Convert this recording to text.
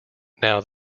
now